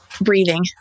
breathing